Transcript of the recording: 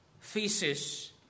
thesis